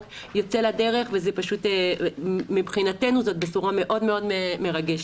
יוצא לדרך ומבחינתנו זו בשורה מאוד מרגשת.